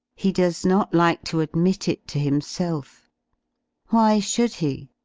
he does not like to admit it to himself why should he?